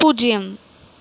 பூஜ்ஜியம்